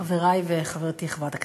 תודה רבה, חברי וחברתי חברת הכנסת,